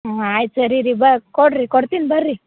ಹ್ಞೂ ಆಯ್ತು ಸರಿ ರೀ ಬ ಕೊಡಿರಿ ಕೊಡ್ತೀನಿ ಬನ್ರಿ